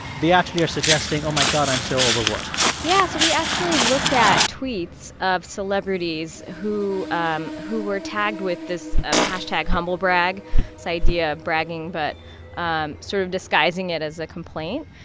they actually are suggesting, oh, my god, i'm so overworked yeah. so we actually looked at tweets of celebrities who um who were tagged with this um hashtag humblebrag, this idea of bragging but um sort of disguising it as a complaint.